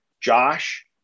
Josh